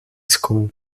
school